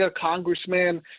congressman